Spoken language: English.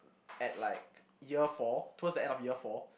at like year four towards the end of year four